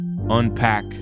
unpack